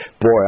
boy